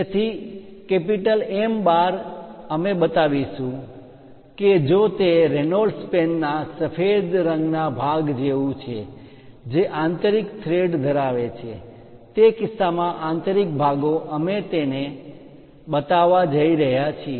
તેથી M 12 અમે બતાવીશું કે જો તે તે રેનોલ્ડ્સ પેનના સફેદ રંગના ભાગ જેવું છે જે આંતરિક થ્રેડ ધરાવે છે તે કિસ્સામાં આંતરિક ભાગો અમે તેને બતાવવા જઈ રહ્યા છીએ